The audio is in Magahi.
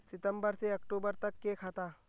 सितम्बर से अक्टूबर तक के खाता?